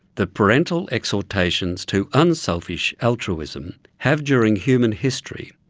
that parental exhortations to unselfish altruism have, during human history,